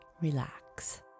Relax